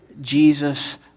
Jesus